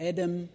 Adam